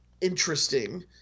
interesting